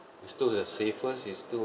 is still the safest is still